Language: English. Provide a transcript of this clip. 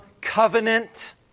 covenant